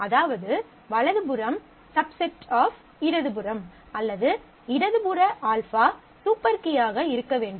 அதாவது வலது புறம் ⸦ இடது புறம் அல்லது இடது புற α சூப்பர் கீயாக இருக்க வேண்டும்